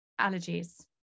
allergies